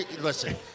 Listen